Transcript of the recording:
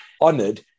honored